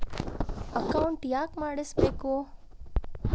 Account ಯಾಕ್ ಮಾಡಿಸಬೇಕು?